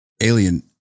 Alien